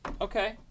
Okay